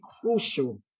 crucial